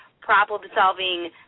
problem-solving